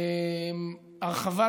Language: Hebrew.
הרחבת